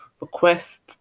request